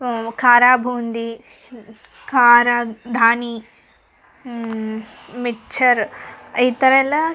ಖಾರಾ ಬೂಂದಿ ಖಾರ ಧಾನಿ ಮಿಚ್ಚರ್ ಈ ಥರಯೆಲ್ಲ